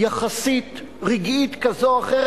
יחסית רגעית כזאת או אחרת,